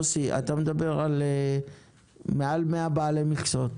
אתה מדבר על מעל 100 בעלי מכסות.